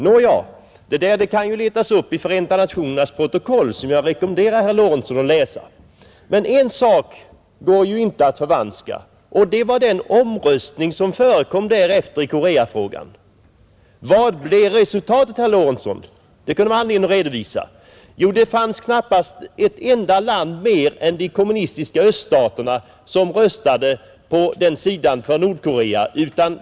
Nåja, detta kan letas upp i Förenta nationernas protokoll, som jag rekommenderar herr Lorentzon att läsa, En sak går inte att förvanska, och det var den omröstning som förekom därefter i Koreafrågan, Vad blev resultatet, herr Lorentzon? Det kan det finnas anledning att redovisa, Jo, det fanns knappast ett enda land utom de kommunistiska öststaterna som röstade för Nordkorea.